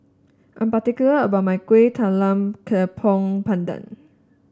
I'm particular about my Kueh Talam Tepong Pandan